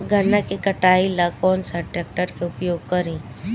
गन्ना के कटाई ला कौन सा ट्रैकटर के उपयोग करी?